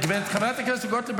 חברת הכנסת גוטליב,